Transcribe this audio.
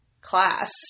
class